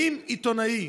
האם עיתונאי,